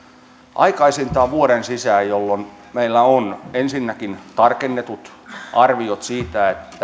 aikaisintaan vuoden sisään jolloin meillä on ensinnäkin tarkennetut arviot siitä